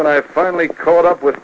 when i finally caught up with